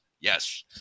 Yes